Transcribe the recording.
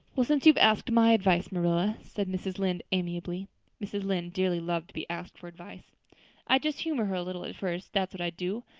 well since you've asked my advice, marilla, said mrs. lynde amiably mrs. lynde dearly loved to be asked for advice i'd just humor her a little at first, that's what i'd do.